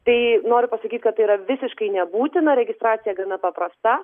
tai noriu pasakyt kad tai yra visiškai nebūtina registracija gana paprasta